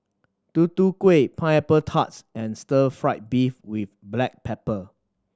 Tutu Kueh pineapple tarts and stir fried beef with black pepper